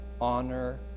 honor